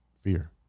fear